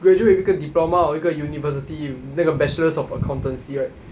graduate with 一个 diploma or 一个 university 那个 bachelor's of accountancy right